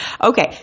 Okay